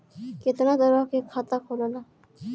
केतना तरह के खाता होला?